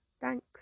Thanks